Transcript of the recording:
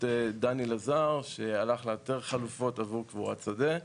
של דני לזר שהלך לאתר חלופות עבור קבורת שדה,